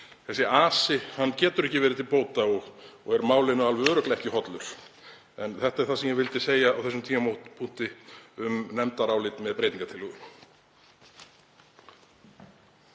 Þessi asi getur ekki verið til bóta og er málinu alveg örugglega ekki hollur. Þetta er það sem ég vildi segja á þessum tímapunkti um nefndarálit með breytingartillögu.